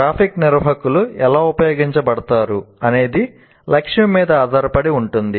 graphic నిర్వాహకులు ఎలా ఉపయోగించబడతారు అనేది లక్ష్యం మీద ఆధారపడి ఉంటుంది